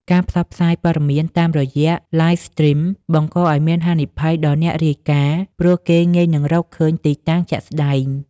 ការផ្សព្វផ្សាយព័ត៌មានតាមរយៈ Live Stream បង្កឱ្យមានហានិភ័យដល់អ្នករាយការណ៍ ព្រោះគេងាយនឹងរកឃើញទីតាំងជាក់ស្តែង។